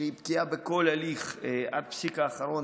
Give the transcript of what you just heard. שהיא בקיאה בכל ההליך עד הפסיק האחרון,